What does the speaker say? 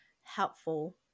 helpful